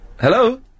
Hello